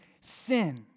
sin